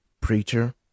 preacher